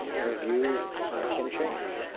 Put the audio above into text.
their views can change.